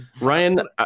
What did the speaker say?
Ryan